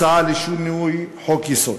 הצעה לשינוי חוק-יסוד,